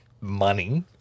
money